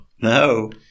No